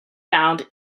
found